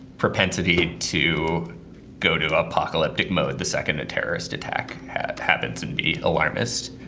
propensity to go to apocalyptic mode the second a terrorist attacks happens and be alarmist.